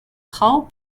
hall